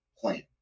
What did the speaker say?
plan